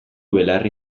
belarri